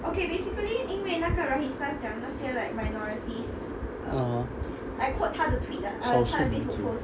(uh huh)